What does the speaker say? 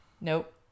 Nope